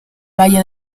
valle